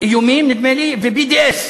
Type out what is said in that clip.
איומים, נדמה לי, ו-BDS.